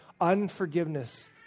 unforgiveness